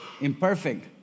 imperfect